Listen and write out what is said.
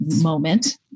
moment